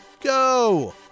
go